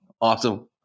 Awesome